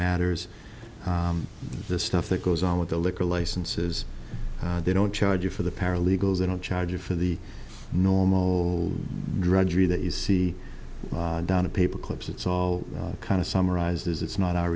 matters the stuff that goes on with the liquor licenses they don't charge you for the paralegals they don't charge you for the normal drudgery that you see down a paper clips it's all kind of summarizes it's not our